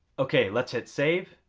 okay, let's hit save